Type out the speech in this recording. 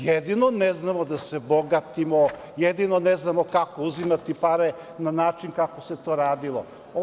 Jedino ne znamo da se bogatimo, jedino ne znamo kako uzimati pare na način kako se to radilo.